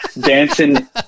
dancing